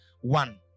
One